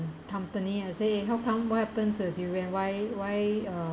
company I say how come what happen to the durian why why uh